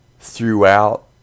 throughout